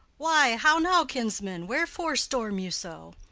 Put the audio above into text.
why, how now, kinsman? wherefore storm you so?